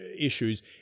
issues